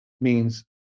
means-